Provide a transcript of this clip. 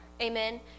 Amen